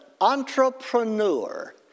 entrepreneur